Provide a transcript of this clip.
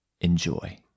Enjoy